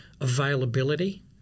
availability